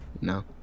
No